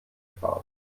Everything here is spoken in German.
fahren